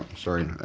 sorry,